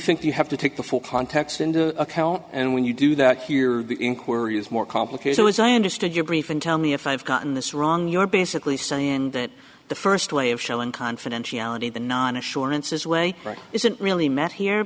think you have to take the full context into account and when you do that here the inquiry is more complicated as i understood your brief and tell me if i've gotten this wrong you're basically saying that the first way of selling confidentiality the non assurances way isn't really met here